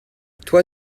toi